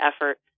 effort